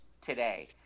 today